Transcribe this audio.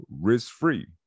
risk-free